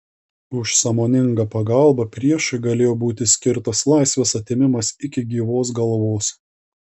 už sąmoningą pagalbą priešui galėjo būti skirtas laisvės atėmimas iki gyvos galvos